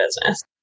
business